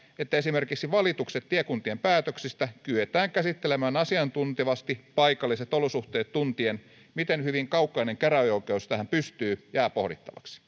että esimerkiksi valitukset tiekuntien päätöksistä kyetään käsittelemään asiantuntevasti paikalliset olosuhteet tuntien miten hyvin kaukainen käräjäoikeus tähän pystyy jää pohdittavaksi